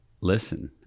listen